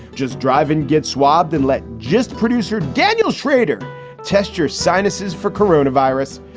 just drive and get swabbed and let just producer daniel schrader test your sinuses for corona virus.